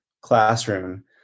classroom